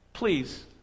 Please